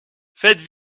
faites